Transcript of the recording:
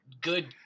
good